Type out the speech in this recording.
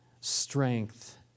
strength